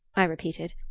i repeated.